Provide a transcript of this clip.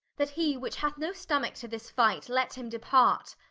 that he which hath no stomack to this fight, let him depart,